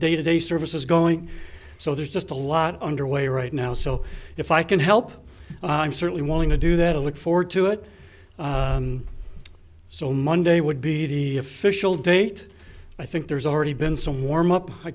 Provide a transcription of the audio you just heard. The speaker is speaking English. day to day services going so there's just a lot underway right now so if i can help i'm certainly willing to do that to look forward to it so monday would be the official date i think there's already been some warm up i